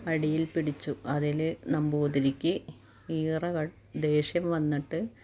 അടിയിൽ പിടിച്ചു അതിൽ നമ്പൂതിരിക്ക് ഈറ ദേഷ്യം വന്നിട്ട്